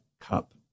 cup